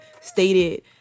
stated